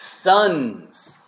sons